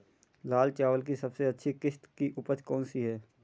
लाल चावल की सबसे अच्छी किश्त की उपज कौन सी है?